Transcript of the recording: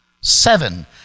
Seven